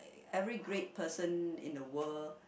every great person in the world